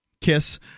kiss